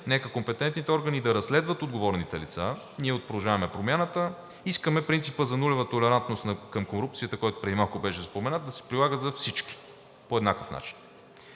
нека компетентните органи, да разследват отговорните лица. Ние от „Продължаваме Промяната“ искаме принципа за нулева толерантност към корупцията, който преди малко беше споменат, да се прилага за всички по еднакъв начин.